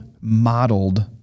modeled